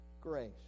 grace